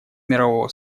мирового